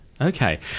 Okay